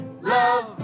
love